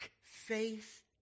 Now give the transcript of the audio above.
faith